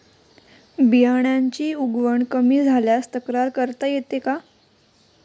बियाण्यांची उगवण कमी झाल्यास तक्रार करता येते का?